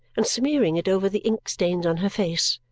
and smearing it over the ink stains on her face,